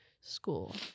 school